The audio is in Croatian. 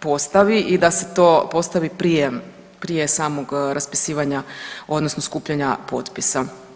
postavi i da se to postavi prije, prije samog raspisivanja odnosno skupljanja potpisa.